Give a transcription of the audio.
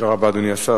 תודה רבה, אדוני השר.